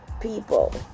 people